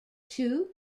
two